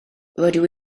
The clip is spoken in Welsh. rydw